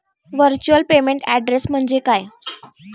Virtual payment address म्हणजे काय?